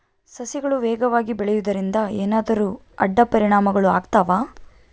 ಸಸಿಗಳು ವೇಗವಾಗಿ ಬೆಳೆಯುವದರಿಂದ ಏನಾದರೂ ಅಡ್ಡ ಪರಿಣಾಮಗಳು ಆಗ್ತವಾ?